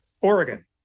Oregon